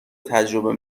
تجربه